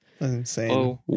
Insane